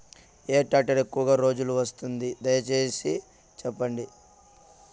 ఏ tractor ఎక్కువగా రోజులు వస్తుంది, దయసేసి చెప్పండి?